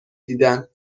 دیدن